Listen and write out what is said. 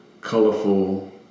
colorful